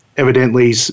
Evidently